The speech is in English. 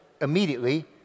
immediately